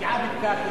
נתקעה בפקק,